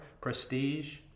prestige